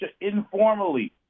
informally